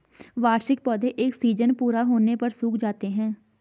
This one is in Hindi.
वार्षिक पौधे एक सीज़न पूरा होने पर सूख जाते हैं